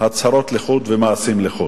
הצהרות לחוד ומעשים לחוד.